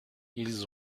ils